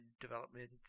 development